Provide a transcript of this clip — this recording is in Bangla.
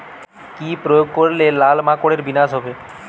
কি প্রয়োগ করলে লাল মাকড়ের বিনাশ হবে?